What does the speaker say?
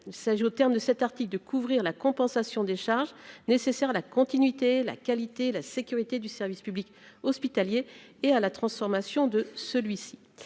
s'agit au terme de cet article de couvrir la compensation des charges nécessaires à la continuité, la qualité et la sécurité du service public hospitalier et à la transformation de celui-ci,